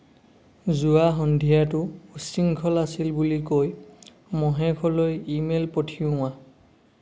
যোৱা সন্ধিয়াটো উচ্ছৃংখল আছিল বুলি কৈ মহেশলৈ ইমেইল পঠিওৱা